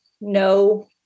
no